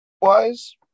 wise